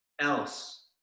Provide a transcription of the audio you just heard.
else